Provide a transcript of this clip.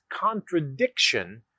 contradiction